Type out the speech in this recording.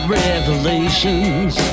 revelations